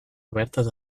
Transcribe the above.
obertes